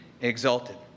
exalted